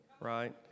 right